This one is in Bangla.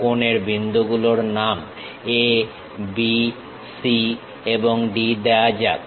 কোণের বিন্দু গুলোর নাম A B C এবং D দেওয়া যাক